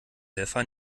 helfer